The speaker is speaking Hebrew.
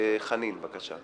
חנין, בבקשה.